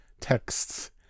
texts